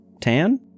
tan